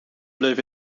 bleef